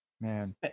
Man